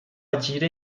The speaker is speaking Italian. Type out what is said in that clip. agire